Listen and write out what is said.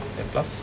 eight plus